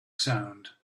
sound